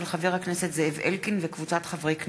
של חבר הכנסת זאב אלקין וקבוצת חברי הכנסת.